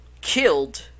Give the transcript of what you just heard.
killed